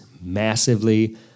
massively